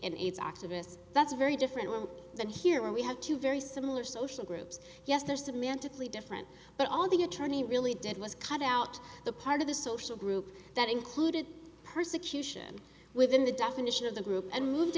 activists that's very different but here we have two very similar social groups yes there's a mentally different but all the attorney really did was cut out the part of the social group that included persecution within the definition of the group and moved